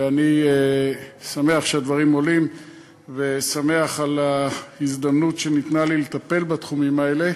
ואני שמח שהדברים עולים ועל ההזדמנות שניתנה לי לטפל בתחומים האלה.